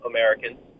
Americans